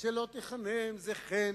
"לא תחנם" זה חן,